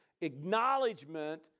acknowledgement